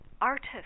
artist